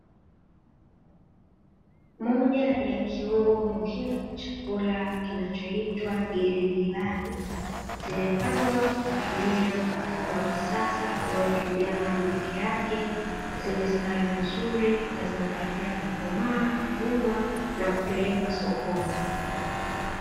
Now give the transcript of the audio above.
Moja ya kiungo muhimu cha chakula kinachoitwa giligilani zimepandwa kwa kutumia mfumo wa kisasa unaotumia maji peke yake. Zimestawi vizuri, na zinakaribia kukomaa, kuvunwa, na kupelekwa sokoni.